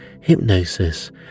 hypnosis